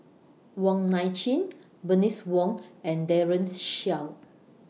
Wong Nai Chin Bernice Wong and Daren Shiau